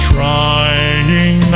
Trying